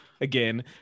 again